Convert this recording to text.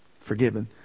Forgiven